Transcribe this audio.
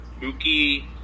Mookie